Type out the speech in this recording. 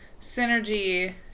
synergy